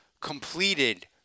completed